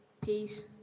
peace